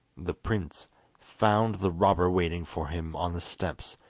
the prince found the robber waiting for him on the steps,